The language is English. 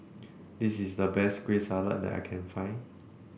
this is the best Kueh Salat that I can find